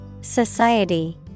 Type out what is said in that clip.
Society